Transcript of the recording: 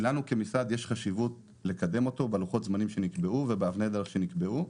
לנו במשרד חשוב לקדם אותו בלוחות הזמנים שנקבעו ולפי אבני הדרך שנקבעו.